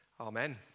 Amen